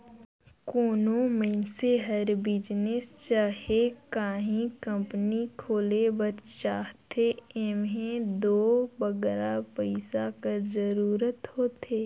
कोनो मइनसे हर बिजनेस चहे काहीं कंपनी खोले बर चाहथे एम्हें दो बगरा पइसा कर जरूरत होथे